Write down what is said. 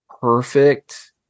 perfect